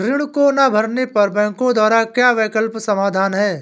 ऋण को ना भरने पर बैंकों द्वारा क्या वैकल्पिक समाधान हैं?